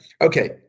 okay